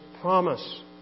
promise